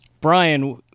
Brian